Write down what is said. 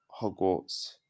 Hogwarts